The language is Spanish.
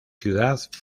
ciudad